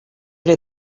did